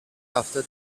after